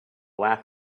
laugh